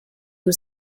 was